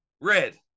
red